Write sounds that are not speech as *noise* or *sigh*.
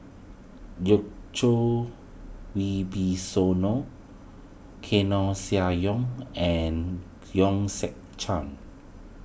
*unintelligible* Wibisono Koeh Sia Yong and Hong Sek Chern